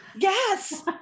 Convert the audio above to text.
yes